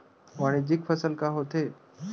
वाणिज्यिक फसल का होथे?